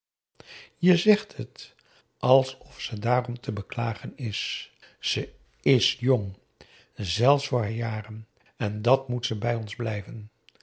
je zegt het alsof ze daarom te beklagen is ze is jong zelfs voor haar jaren en dat moet ze bij ons blijven